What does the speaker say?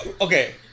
Okay